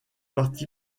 parti